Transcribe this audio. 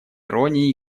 иронии